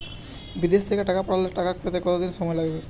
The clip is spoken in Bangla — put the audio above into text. বিদেশ থেকে টাকা পাঠালে টাকা পেতে কদিন সময় লাগবে?